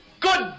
Good